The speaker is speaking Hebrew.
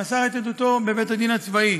ומסר את עדותו בבית-הדין הצבאי.